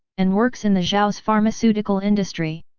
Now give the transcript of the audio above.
and works in the zhao's pharmaceutical industry.